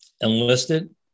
enlisted